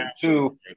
two